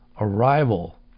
arrival